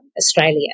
Australia